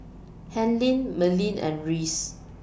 Helene Merlin and Reyes